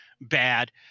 bad